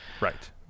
Right